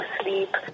sleep